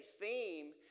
theme